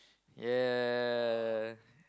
ya